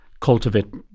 cultivate